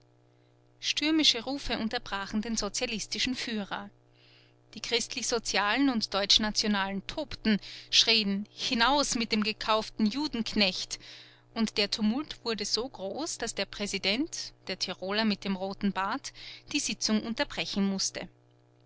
stürmische rufe unterbrachen den sozialistischen führer die christlichsozialen und deutschnationalen tobten schrien hinaus mit dem gekauften judenknecht und der tumult wurde so groß daß der präsident der tiroler mit dem roten bart die sitzung unterbrechen mußte